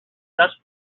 dust